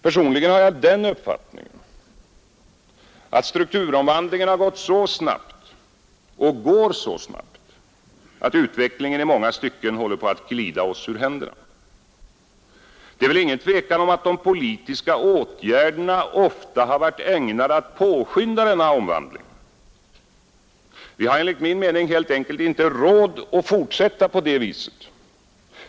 Personligen har jag den uppfattningen att strukturomvandlingen har gått så snabbt och går så snabbt, att utvecklingen i många stycken håller på att glida oss ur händerna. Det är väl ingen tvekan om att de politiska åtgärderna ofta har varit ägnade att påskynda denna omvandling. Vi har enligt min mening helt enkelt inte råd att fortsätta på det viset.